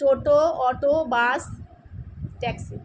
toto auto bus taxi